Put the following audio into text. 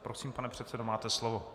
Prosím, pane předsedo, máte slovo.